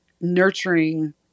nurturing